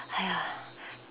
!aiya!